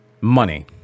Money